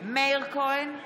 מאיר כהן,